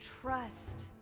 trust